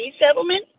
settlement